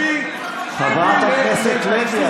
חברת הכנסת לוי,